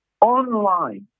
online